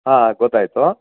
ಹಾಂ ಗೊತ್ತಾಯ್ತು